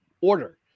order